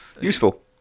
useful